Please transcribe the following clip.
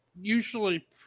usually